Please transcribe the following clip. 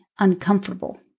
Uncomfortable